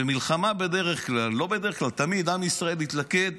במלחמה עם ישראל מתלכד,